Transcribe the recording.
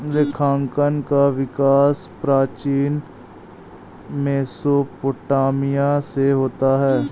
लेखांकन का विकास प्राचीन मेसोपोटामिया से होता है